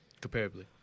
Comparably